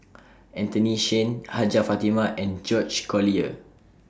Anthony Chen Hajjah Fatimah and George Collyer